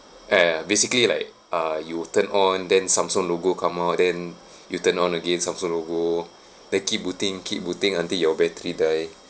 ah ya basically like uh you will turn on then Samsung logo come out then you turn on again Samsung logo then keep booting keep booting until your battery die